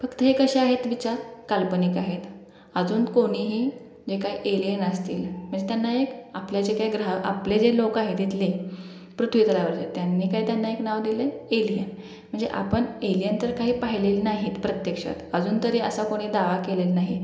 फक्त हे कसे आहेत विचार काल्पनिक आहेत अजून कोणीही जे काय एलियन असतील म्हणजे त्यांना एक आपल्या जे काही ग्रह आपले जे लोक आहेत इथले पृथ्वीतलावरचे त्यांनी काय त्यांना एक नाव दिलं आहे एलियन म्हणजे आपण एलियन तर काही पाहिलेले नाहीत प्रत्यक्षात अजून तरी असा कोणी दावा केलेला नाही